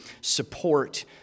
support